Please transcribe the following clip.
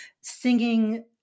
singing